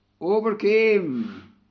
overcame